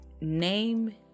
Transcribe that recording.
Name